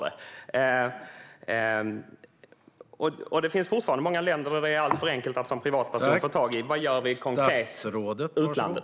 Det finns fortfarande många länder där det är alltför enkelt att som privatperson få tag i antibiotika. Vad gör vi konkret?